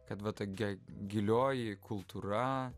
kad va tokia gilioji kultūra